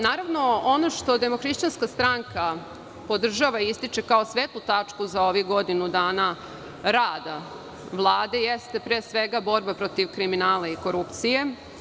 Naravno, ono što Demohrišćanska stranka podržava i ističe kao svetlu tačku za ovih godinu dana rada Vlade jeste pre svega borba protiv kriminala i korupcije.